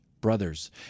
brothers